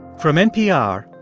from npr,